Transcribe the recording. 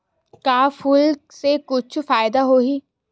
का फूल से कुछु फ़ायदा होही?